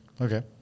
Okay